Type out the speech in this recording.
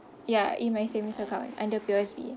ya in my savings account under P_O_S_B